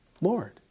Lord